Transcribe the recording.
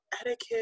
etiquette